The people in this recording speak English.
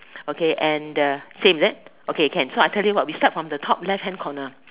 okay and same is it okay can I tell you what we start from the top left hand corner